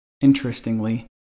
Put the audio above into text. Interestingly